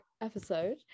episode